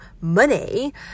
money